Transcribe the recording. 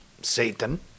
Satan